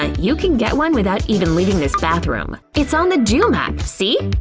and you can get one without even leaving this bathroom. it's on the joom app, see?